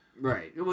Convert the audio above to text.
Right